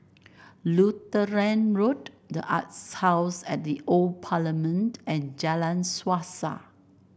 Lutheran Road the Arts House at The Old Parliament and Jalan Suasa